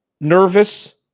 nervous